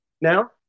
now